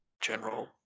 general